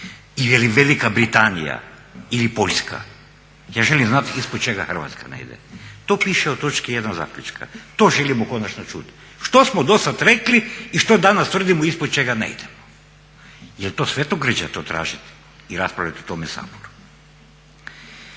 i je li Velika Britanija ili Poljska, ja želim znati ispod čega Hrvatska ne ide. To piše u točki jedan zaključka, to želimo konačno čuti. Što smo dosad rekli i što danas tvrdimo ispod čega ne idemo. Jel to svetogrđe to tražiti i raspravljati o tome u Saboru?